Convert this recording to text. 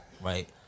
right